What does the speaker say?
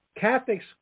Catholics